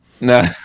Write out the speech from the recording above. no